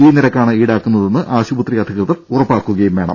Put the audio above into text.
ഈ നിരക്കാണ് ഈടാക്കുന്നതെന്ന് ആശുപത്രി അധികൃതർ ഉറപ്പാക്കുകയും വേണം